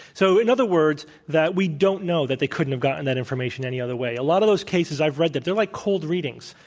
so, in other words we don't know that they couldn't have gotten that information any other way a lot of those cases i've read, that they're like cold readings,